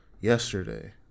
Yesterday